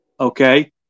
Okay